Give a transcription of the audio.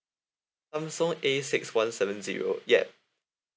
samsung A six one seven zero yup